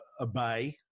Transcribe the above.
obey